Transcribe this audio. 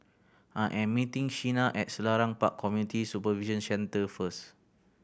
I am meeting Sheena at Selarang Park Community Supervision Centre first